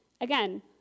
Again